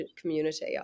community